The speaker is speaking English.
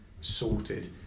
sorted